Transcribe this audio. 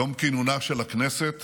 יום כינונה של הכנסת